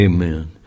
Amen